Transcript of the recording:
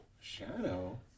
Shadow